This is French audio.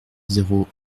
zéro